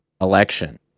election